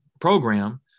program